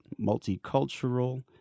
Multicultural